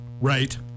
Right